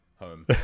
home